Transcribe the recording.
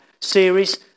series